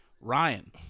Ryan